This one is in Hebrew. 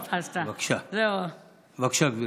בבקשה, גברתי.